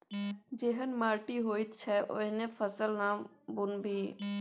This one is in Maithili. जेहन माटि होइत छै ओहने फसल ना बुनबिही